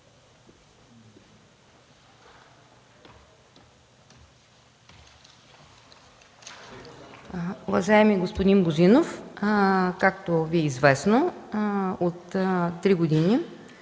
Уважаеми господин Божинов, както Ви е известно от три години,